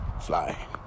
fly